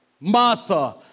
Martha